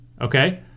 Okay